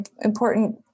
important